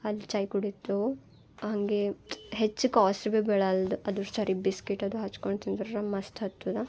ಅಲ್ಲಿ ಚಾಯ್ ಕುಡಿತ್ತು ಹಾಗೆ ಹೆಚ್ಚು ಕಾಸ್ಟ್ ಭಿ ಬೀಳಲ್ದು ಅದು ಸರಿ ಬಿಸ್ಕಿಟ್ ಅದು ಹಚ್ಕೊಂಡು ತಿಂದರ್ರ ಮಸ್ತ್ ಹತ್ತುದ